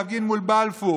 להפגין מול בלפור.